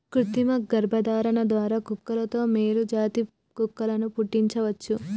కృతిమ గర్భధారణ ద్వారా కుక్కలలో మేలు జాతి కుక్కలను పుట్టించవచ్చు